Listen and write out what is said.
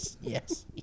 Yes